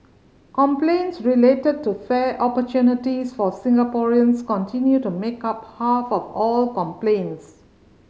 complaints related to fair opportunities for Singaporeans continue to make up half of all complaints